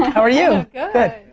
how are you? good.